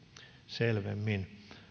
selvemmin